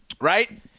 right